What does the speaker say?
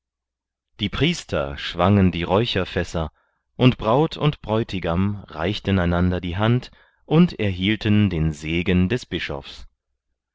die priester schwangen die räucherfässer und braut und bräutigam reichten einander die hand und erhielten den segen des bischofs